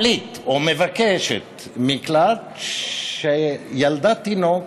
פליטה או מבקשת מקלט שילדה תינוק,